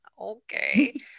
okay